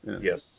Yes